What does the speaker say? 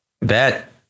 bet